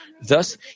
Thus